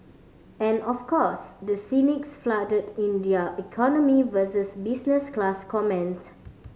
and of course the cynics flooded in their economy vs business class comment